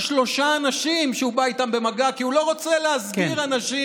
שלושה אנשים שהוא בא איתם במגע כי הוא לא רוצה להסגיר אנשים